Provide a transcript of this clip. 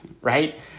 right